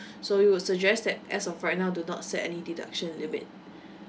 so we would suggest that as of right now do not set any deduction limit